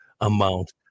amount